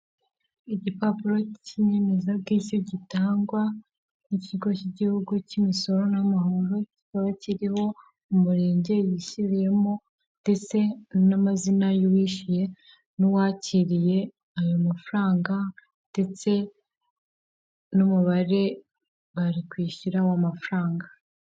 Igipapuro cy'inyemezabwishyu gitangwa n'ikigo cy'igihugu cy'imisoro n'amahoro, kikaba kiriho umurenge wishyuriyemo ndetse n'amazina y'uwishyuye n'uwakiriye ayo mafaranga ndetse n'umubare bari kwishyura w'amafaranga.